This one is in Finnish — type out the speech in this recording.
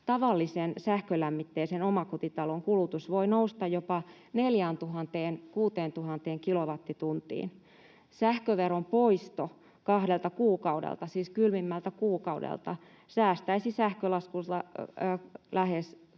tavallisen sähkölämmitteisen omakotitalon kulutus voi nousta jopa 4 000—6 000 kilowattituntiin. Sähköveron poisto kahdelta kylmimmältä kuukaudelta säästäisi sähkölaskussa lähes